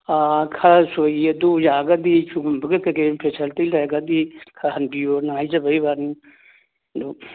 ꯈꯔ ꯁꯣꯏ ꯑꯗꯨ ꯌꯥꯔꯒꯗꯤ ꯁꯤꯒꯨꯝꯕꯒꯤ ꯀꯩꯀꯩ ꯐꯦꯁꯤꯂꯤꯇꯤ ꯂꯩꯔꯒꯗꯤ ꯈꯔ ꯍꯟꯕꯤꯌꯨꯅ ꯍꯥꯏꯖꯕꯒꯤ ꯋꯥꯅꯤ ꯑꯗꯨ